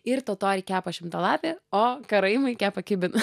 ir totoriai kepa šimtalapį o karaimai kepa kibiną